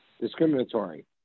discriminatory